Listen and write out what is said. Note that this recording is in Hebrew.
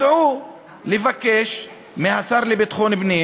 לבקש מהשר לביטחון פנים